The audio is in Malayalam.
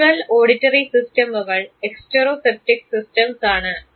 വിഷ്വൽ ഓഡിറ്ററി സിസ്റ്റമുകൾ എക്സ്റ്റേറോസെപ്റ്റീവ് സിസ്റ്റംസ് ആണ്